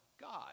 God